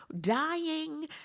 dying